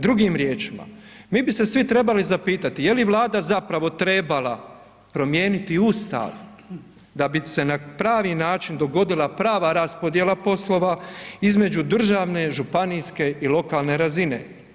Drugim riječima, mi bi se svi trebali zapitati je li Vlada zapravo trebala promijeniti Ustav da bi se na pravi način dogodila prava raspodjela poslova između državne, županijske i lokalne razine?